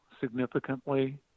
significantly